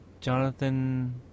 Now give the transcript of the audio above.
Jonathan